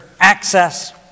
access